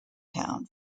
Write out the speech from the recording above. town